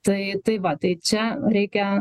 tai tai va tai čia reikia